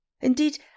Indeed